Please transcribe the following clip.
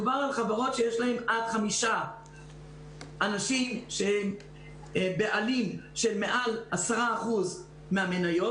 מדובר על חברות שיש להם עד 5 אנשים שהם בעלים של מעל 10% מהמניות.